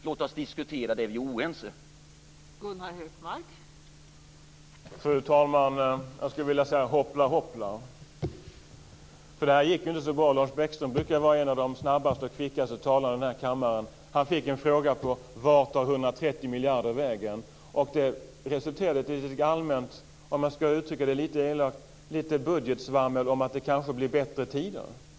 Låt oss diskutera det vi är oense om!